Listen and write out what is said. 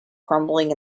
crumbling